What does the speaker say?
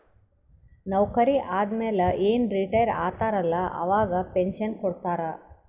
ನೌಕರಿ ಆದಮ್ಯಾಲ ಏನ್ ರಿಟೈರ್ ಆತಾರ ಅಲ್ಲಾ ಅವಾಗ ಪೆನ್ಷನ್ ಕೊಡ್ತಾರ್